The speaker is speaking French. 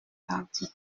tardy